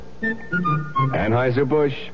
Anheuser-Busch